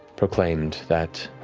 proclaimed that